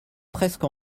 presque